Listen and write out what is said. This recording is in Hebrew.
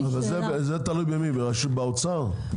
במי זה תלוי, באוצר?